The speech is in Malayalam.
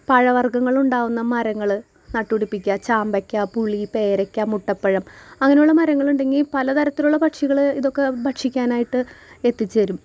പഴവർഗ്ഗങ്ങങ്ങളുണ്ടാകുന്ന മരങ്ങള് നട്ട് പിടിപ്പിക്കുക ചാമ്പക്ക പുളി പേരക്ക മുട്ടപ്പഴം അങ്ങനെയുള്ള മരങ്ങളുടെങ്കിൽ പല തരത്തിലുള്ള പക്ഷികള് ഇതൊക്ക ഭക്ഷിക്കാനായിട്ട് എത്തിച്ചേരും